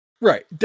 right